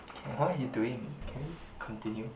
can what he doing can we continue